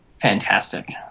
fantastic